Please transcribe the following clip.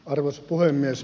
arvoisa puhemies